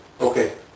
Okay